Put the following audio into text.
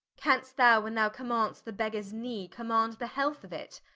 canst thou, when thou command'st the beggers knee, command the health of it?